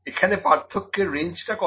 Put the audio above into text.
এখানে পার্থক্যের রেঞ্জটা কত